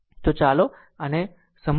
તો ચાલો આને સમજાવું કરીએ